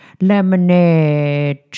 lemonade